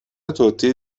توتی